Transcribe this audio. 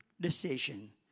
decision